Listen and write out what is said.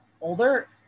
older